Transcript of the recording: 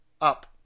up